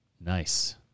Nice